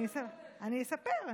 אני אספר,